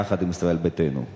יחד עם ישראל ביתנו?